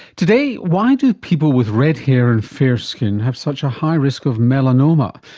today, why do people with red hair and fair skin have such a high risk of melanoma,